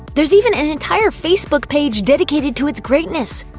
there's even an entire facebook page dedicated to its greatness.